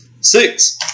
six